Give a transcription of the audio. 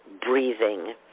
breathing